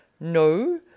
no